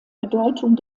bedeutung